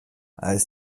als